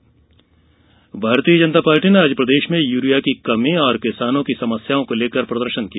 भाजपा प्रदर्शन भारतीय जनता पार्टी ने आज प्रदेश में यूरिया की कमी और किसानों की समस्याओं को लेकर प्रदर्शन किया